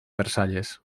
versalles